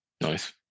Nice